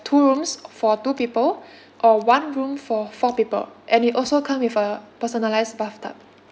two rooms for two people or one room for four people and it also come with a personalised bathtub